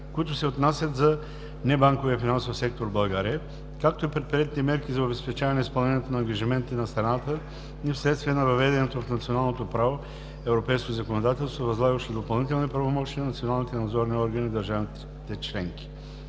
които се отнасят за небанковия финансов сектор в България, както и предприемане на мерки за обезпечаване изпълнението на ангажиментите на страната ни вследствие на въведеното в националното право европейско законодателство, възлагащо допълнителни правомощия на националните надзорни органи в държавите членки.